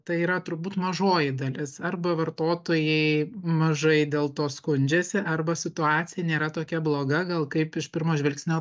tai yra turbūt mažoji dalis arba vartotojai mažai dėl to skundžiasi arba situacija nėra tokia bloga gal kaip iš pirmo žvilgsnio